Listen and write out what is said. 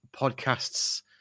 podcasts